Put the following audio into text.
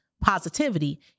positivity